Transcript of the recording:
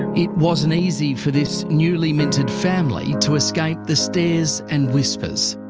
it wasn't easy for this newly minted family to escape the stares and whispers,